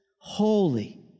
holy